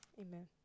Amen